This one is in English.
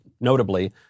notably